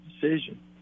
decision